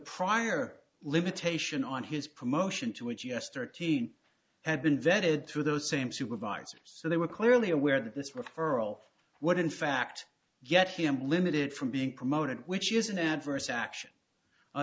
prior limitation on his promotion to it yesterday in had been vetted through those same supervisors so they were clearly aware that this referral what in fact get him limited from being promoted which is an adverse action